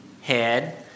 head